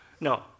no